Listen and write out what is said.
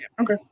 Okay